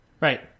Right